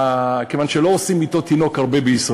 כיוון שלא עושים הרבה מיטות תינוק בישראל,